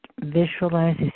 visualize